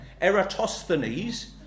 Eratosthenes